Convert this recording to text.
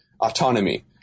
autonomy